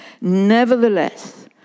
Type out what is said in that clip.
nevertheless